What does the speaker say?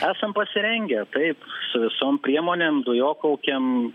esam pasirengę taip su visom priemonėm dujokaukėm